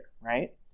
right